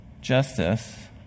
justice